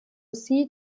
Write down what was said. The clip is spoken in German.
sie